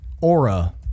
aura